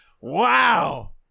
Wow